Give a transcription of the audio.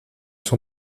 son